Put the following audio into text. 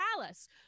palace